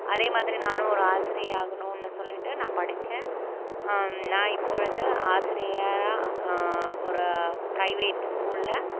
அதே மாதிரி நானும் ஒரு ஆசிரியை ஆகணும்னு சொல்லிகிட்டு நான் படித்தேன் நான் இப்பொழுது ஆசிரியராக ஒரு பிரைவேட் ஸ்கூலில்